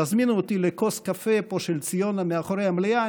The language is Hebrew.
תזמינו אותי לכוס קפה פה של ציונה מאחורי המליאה,